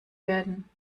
werden